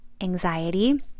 anxiety